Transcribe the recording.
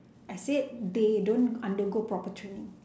I said they don't undergo proper training